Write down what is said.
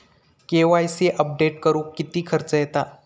KYC update करुक किती खर्च येता?